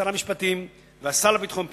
שר המשפטים והשר לביטחון הפנים.